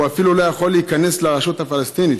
הוא אפילו לא יכול להיכנס לרשות הפלסטינית.